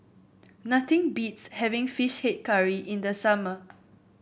nothing beats having fish head curry in the summer